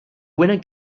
winner